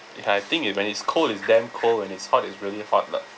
I think when it's cold it's damn cold when it's hot it's really hot lah